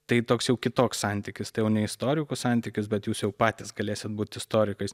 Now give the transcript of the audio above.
tai toks jau kitoks santykis tai jau ne istorikų santykius bet jūs jau patys galėsit būt istorikais